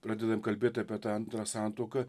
pradedam kalbėt apie antrą santuoką